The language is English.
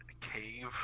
cave